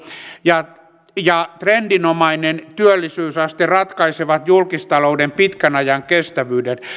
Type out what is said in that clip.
ja ja trendinomainen työllisyysaste ratkaisevat julkistalouden pitkän ajan kestävyyden